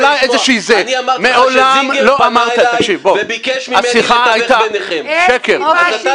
אולי איזה שהיא זה מעולם לא אמרת השיחה הייתה --- זה מה שאתה